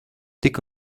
tik